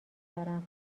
دارم